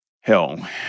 hell